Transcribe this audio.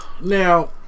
Now